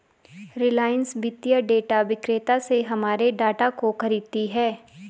रिलायंस वित्तीय डेटा विक्रेता से हमारे डाटा को खरीदती है